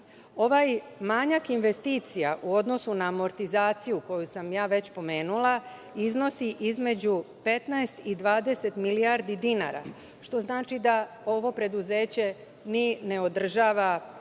manjak investicija u odnosu na amortizaciju, koju sam ja već pomenula, iznosi između 15 i 20 milijardi dinara, što znači da ovo preduzeće ni ne održava ove